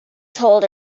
told